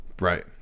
Right